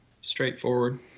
straightforward